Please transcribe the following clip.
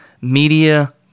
media